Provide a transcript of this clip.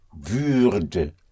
würde